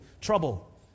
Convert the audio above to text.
trouble